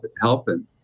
helping